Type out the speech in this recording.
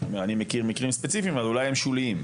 אני מכיר מקרים ספציפיים אבל אולי הם שוליים.